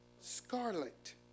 Scarlet